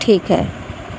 ٹھیک ہے